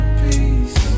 peace